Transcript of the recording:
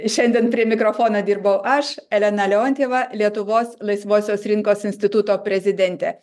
šiandien prie mikrofono dirbau aš elena leontjeva lietuvos laisvosios rinkos instituto prezidente